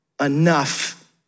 enough